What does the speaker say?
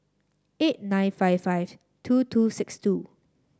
eight nine five five two two six two